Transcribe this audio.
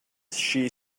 she